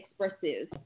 expressive